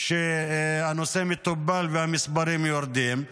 שהנושא מטופל והמספרים יורדים.